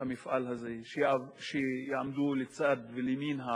המפעל הזה הולך להתמוטט בקרוב